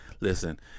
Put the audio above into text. listen